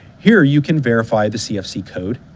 here, you can verify the cfc code,